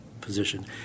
position